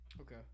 Okay